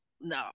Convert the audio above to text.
No